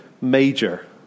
major